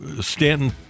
Stanton